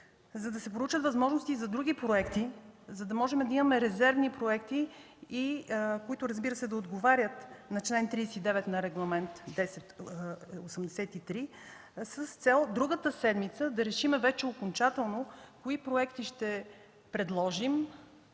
за да се получат възможности и за други проекти, за да можем да имаме резервни проекти, които, разбира се, да отговарят на чл. 39 на Регламент 1083 с цел другата седмица да решим вече окончателно кои проекти ще предложим,